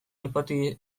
aipatu